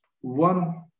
One